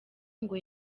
ngo